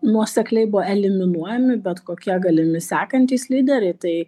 nuosekliai buvo eliminuojami bet kokie galimi sekantys lyderiai tai